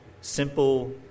simple